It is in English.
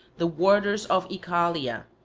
the warders of oechalia,